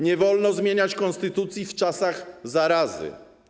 Nie wolno zmieniać konstytucji w czasach zarazy.